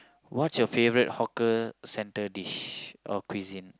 what's your favourite hawker centre dish or cuisine